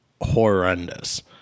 horrendous